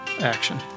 action